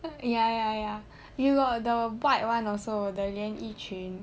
ya ya ya you got the white [one] also the 连衣裙